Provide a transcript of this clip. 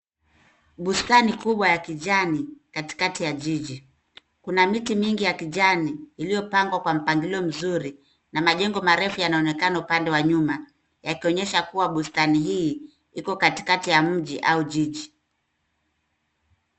Bustani kubwa ya kijani katikati ya jiji. Kuna miti mingi ya kijani iliyopangwa kwa mpangilio mzuri na majengo marefu yanaonekana upande wa nyuma yakionyesha kuwa bustani hii iko katikati ya mji au jiji.